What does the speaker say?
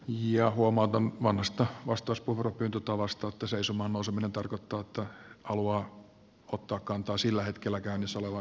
ja huomautan vanhasta vastauspuheenvuoropyyntötavasta että seisomaan nouseminen tarkoittaa että haluaa ottaa kantaa sillä hetkellä käynnissä olevaan keskusteluun